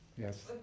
Yes